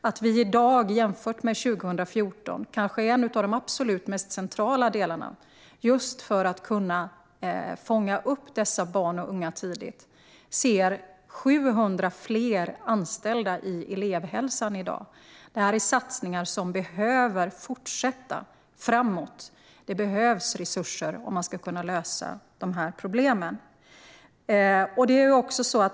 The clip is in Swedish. Jämfört med 2014 ser vi i dag 700 fler anställda i elevhälsan, vilket kanske är en av de absolut mest centrala delarna när det gäller att kunna fånga upp dessa barn och unga tidigt. Det här är satsningar som behöver fortsätta framåt. Det behövs resurser om man ska kunna lösa de här problemen.